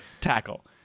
tackle